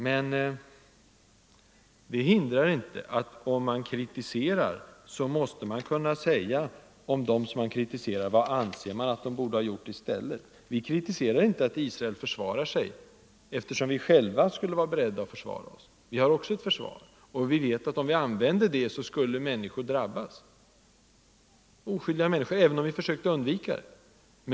Men det hindrar inte att man, om man kritiserar, måste kunna säga vad de som man kritiserar borde ha gjort i stället. Vi kritiserar inte att Israel försvarar sig, eftersom vi själva skulle vara beredda att försvara 177 oss. Vi har också ett försvar, och vi vet att om vi använder det skulle oskyldiga människor drabbas, även om vi försökte undvika det.